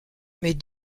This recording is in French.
mais